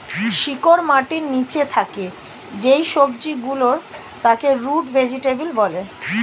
শিকড় মাটির নিচে থাকে যেই সবজি গুলোর তাকে রুট ভেজিটেবল বলে